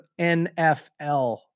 NFL